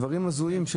דברים הזויים.